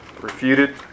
refuted